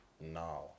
now